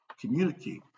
communicate